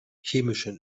chemischen